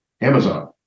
amazon